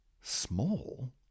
small